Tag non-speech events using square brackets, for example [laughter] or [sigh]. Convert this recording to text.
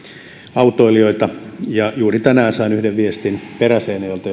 autoilijoita juuri tänään sain yhden viestin peräseinäjoelta [unintelligible]